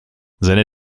seine